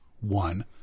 one